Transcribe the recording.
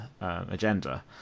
agenda